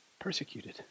persecuted